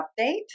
update